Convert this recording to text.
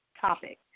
topic